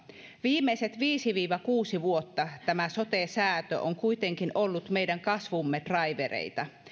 viimeiset viisi viiva kuusi vuotta tämä sote säätö on kuitenkin ollut meidän kasvumme draivereita